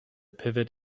pivot